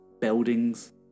buildings